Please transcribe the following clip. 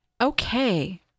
Okay